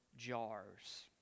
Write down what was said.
Jars